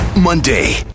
Monday